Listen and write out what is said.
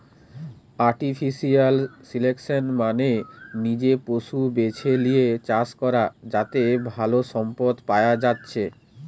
artificial selection মানে নিজে পশু বেছে লিয়ে চাষ করা যাতে ভালো সম্পদ পায়া যাচ্ছে